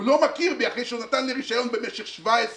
הוא לא מכיר בי אחרי שנתן לי רשיון במשך 17 שנה.